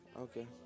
Okay